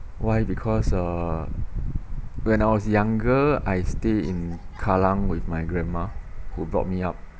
why because uh when I was younger I stay in kallang with my grandma who brought me up